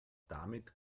damit